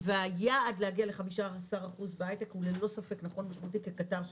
היעד להגיע ל-15% בהייטק הוא ללא ספק נכון משמעותית כקטר של